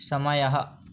समयः